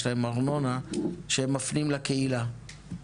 יש להם ארנונה שהם מפנים לקהילה.